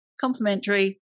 complimentary